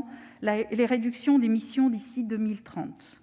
% les réductions d'émissions d'ici à 2030.